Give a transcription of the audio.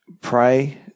pray